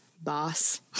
boss